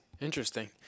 Interesting